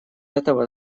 этого